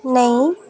नेईं